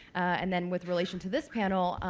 and then with relation to this panel,